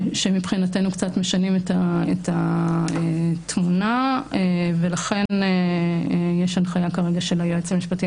שמבחינתנו קצת משנים את התמונה ולכן יש הנחיה כרגע של היועץ המשפטי